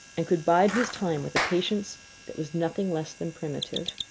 and could bide his time with a patience that was nothing less than primitive.